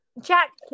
Jack